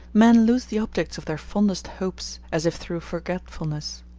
men lose the objects of their fondest hopes, as if through forgetfulness.